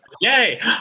Yay